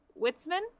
Witzman